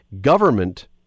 government